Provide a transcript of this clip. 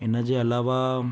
इनजे अलावा